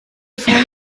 form